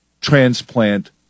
transplant